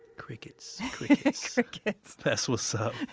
crickets crickets that's what's up